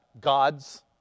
God's